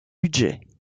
budgets